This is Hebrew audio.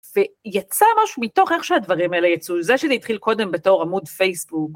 ויצא משהו מתוך איך שהדברים האלה יצאו, זה שזה התחיל קודם בתור עמוד פייסבוק.